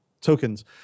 tokens